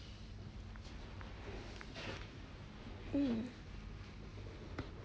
mm